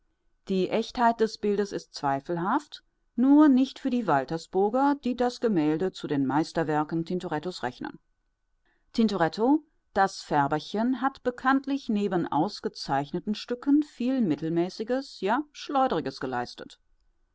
die echtheit des bildes ist zweifelhaft nur nicht für die waltersburger die das gemälde zu den meisterwerken tintorettos rechnen tintoretto das färberchen hat bekanntlich neben ausgezeichneten stücken viel mittelmäßiges ja schleudriges geleistet